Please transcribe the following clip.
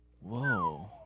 Whoa